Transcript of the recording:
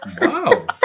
Wow